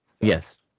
Yes